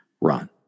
run